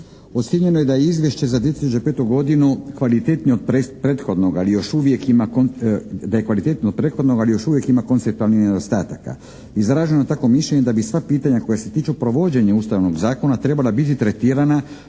Ocijenjeno je da je Izvješće za 2005. godinu kvalitetnije od prethodnoga ali još uvijek ima konceptualnih nedostataka. Izraženo je tako mišljenje da bi sva pitanja koja se tiču provođenja Ustavnog zakona trebala biti tretirana